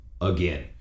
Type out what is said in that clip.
again